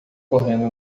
correndo